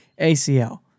ACL